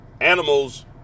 animals